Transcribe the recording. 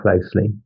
closely